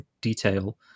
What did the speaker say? detail